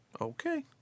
Okay